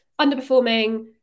underperforming